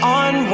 on